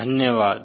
धन्यवाद